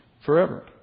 forever